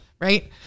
right